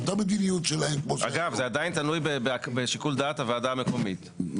באותה מדיניות שלהם --- אגב זה עדיין בשיקול דעת הוועדה המקומית,